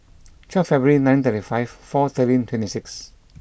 twelve February nineteen thirty five four thirteen twenty six